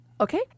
okay